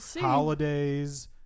holidays